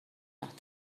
یاد